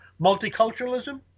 multiculturalism